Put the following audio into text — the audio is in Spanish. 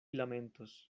lamentos